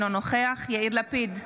אינו נוכח יאיר לפיד,